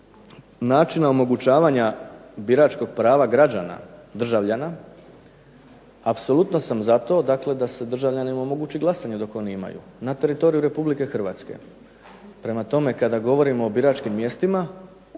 načina omogućavanja biračkog prava građana državljana apsolutno se za to dakle da se državljanima omogući glasanje dok oni imaju na teritoriju RH. Prema tome kada govorimo o biračkim mjestima,